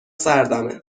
سردمه